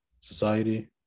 society